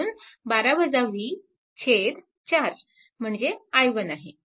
म्हणून 4 म्हणजे i1आहे